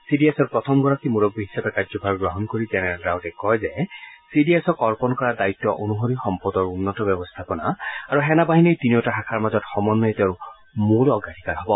C D এছৰ প্ৰথমগৰাকী মূৰববী হিচাপে কাৰ্যভাৰ গ্ৰহণ কৰি জেনেৰেল ৰাৱটে কয় যে চি ডি এছক অৰ্পণ কৰা দায়িত্ব অনুসৰি সম্পদৰ উন্নত ব্যৱস্থাপনা আৰু সেনাবাহিনীৰ তিনিওটা শাখাৰ মাজত সমন্বয়ে তেওঁৰ মূল অগ্ৰাধিকাৰ হ'ব